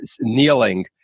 kneeling